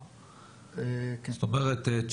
זאת אומרת,